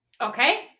Okay